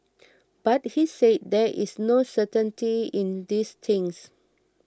but he said there is no certainty in these things